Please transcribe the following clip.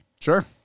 Sure